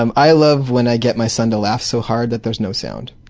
um i love when i get my son to laugh so hard that there is no sound.